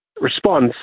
response